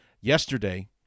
yesterday